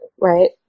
right